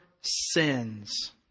sins